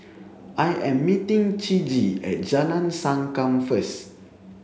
I am meeting Ciji at Jalan Sankam first